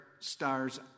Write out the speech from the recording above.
Stars